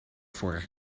vorig